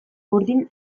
burdin